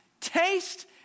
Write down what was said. Taste